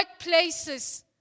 workplaces